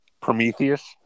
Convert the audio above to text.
Prometheus